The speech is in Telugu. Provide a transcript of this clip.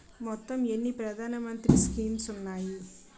మొత్తం ఎన్ని ప్రధాన మంత్రి స్కీమ్స్ ఉన్నాయి?